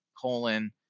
colon